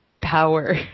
power